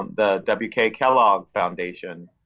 um the w k. kellogg foundation,